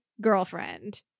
girlfriend